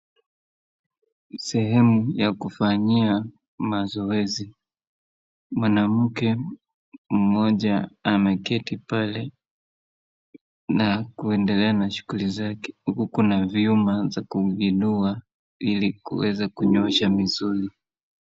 Sehemu ya kufanyia mazoezi. Mwanamke mmoja ameketi pale na kuendelea na shughulu zake huku kuna vyuma vya kuinua ilikuweza kunyoosha misuli.